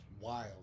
wild